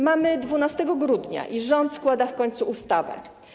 Mamy 12 grudnia i rząd składa w końcu ustawę.